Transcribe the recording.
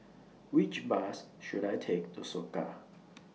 Which Bus should I Take to Soka